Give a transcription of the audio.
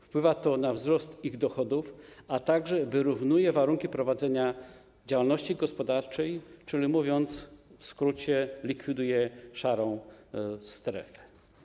Wpływa to na wzrost ich dochodów, a także wyrównuje warunki prowadzenia działalności gospodarczej, czyli, mówiąc w skrócie, likwiduje szarą strefę.